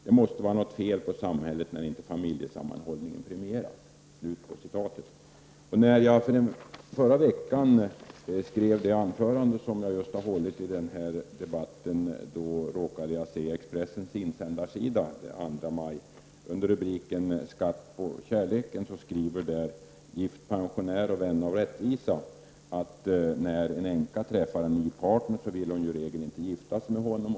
Det måste vara något fel på samhället när inte familjesammanhållning premieras.” När jag förra veckan skrev det anförande jag just har hållit i denna debatt, råkade jag se Expressens insändarsida från den 2 maj. Under rubriken Skatt på kärleken skriver där ”Gift pensionär och vän av rättvisa” följande: När en änka träffar en ny partner vill hon i regel inte gifta sig med honom.